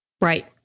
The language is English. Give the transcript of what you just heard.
right